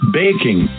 baking